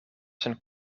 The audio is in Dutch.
zijn